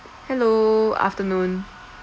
hello afternoon